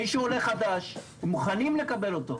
מישהו שהוא עולה חדש הם מוכנים לקבל אותו.